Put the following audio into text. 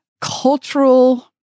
cultural